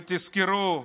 ותזכרו,